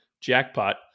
jackpot